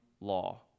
law